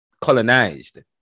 colonized